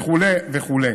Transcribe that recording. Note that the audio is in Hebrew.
וכו', וכו'.